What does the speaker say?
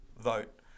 vote